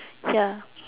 ya